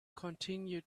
continued